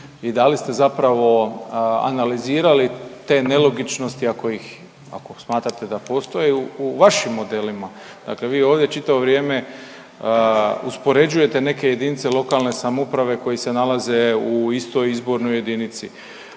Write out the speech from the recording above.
i da li ste zapravo analizirali te nelogičnosti ako ih, ako smatrate da postoje u vašim modelima. Dakle, vi ovdje čitavo vrijeme uspoređujete neke jedinice lokalne samouprave koje se nalaze u istoj izbornoj jedinici.